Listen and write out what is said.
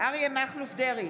אריה מכלוף דרעי,